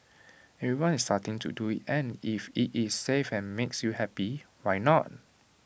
everyone is starting to do IT and if IT is safe and makes you happy why not